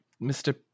mr